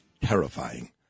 terrifying